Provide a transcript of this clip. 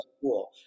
cool